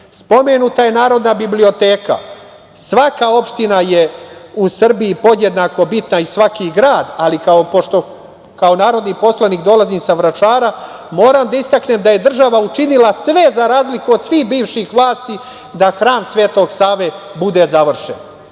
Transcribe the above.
vrati. Spomenuta je Narodna biblioteka, svaka opština u Srbiji je podjednako bitna i svaki grad, ali pošto kao narodni poslanik dolazim sa Vračara, moram da istaknem da je država učinila sve za razliku od svih bivših vlasti, da hram Sv. Save bude završen,